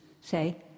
say